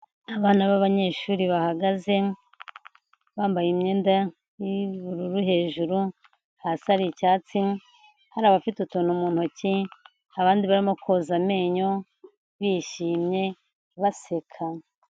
Abana babanyeshuri bahagaze, bambaye imyenda y'ubururu hejuru, hasi ari icyatsi, hari abafite utuntu mu ntoki, abandi barimo koza amenyo, bishimye baseka.